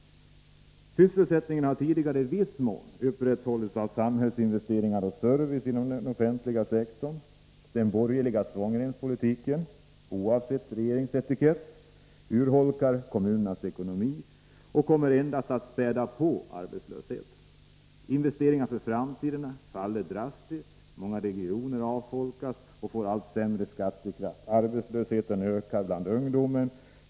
Sysselsättningen har tidigare i viss mån upprätthållits av samhällets investeringar och service inom den offentliga sektorn. Den borgerliga svångremspolitiken, oavsett regeringens etikett, urholkar kommunernas ekonomi och kommer endast att späda på arbetslösheten. Investeringarna för framtiden faller drastiskt. Många regioner avfolkas och får allt sämre skattekraft. Arbetslösheten ökar bland ungdomen.